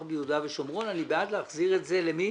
ביהודה ושומרון והוא בעד להחזיר את זה למי?